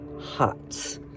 hot